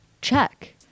Check